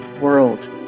world